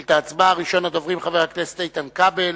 ראשון הדוברים, חבר הכנסת איתן כבל,